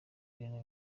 ikintu